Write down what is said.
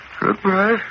Goodbye